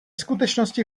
skutečnosti